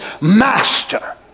master